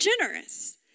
generous